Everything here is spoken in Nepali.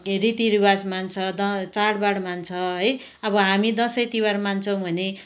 रीतिरिवाज मान्छ दँ चाडबाड मान्छ है अब हामी दसैँ तिहार मान्छौँ भने